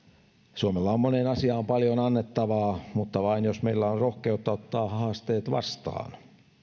suomella on moneen asiaan paljon annettavaa mutta vain jos meillä on rohkeutta ottaa haasteet vastaan